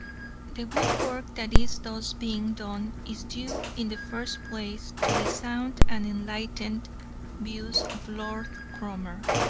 the good work that is thus being done is due in the first place to the sound and enlightened views of lord cromer,